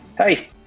Hey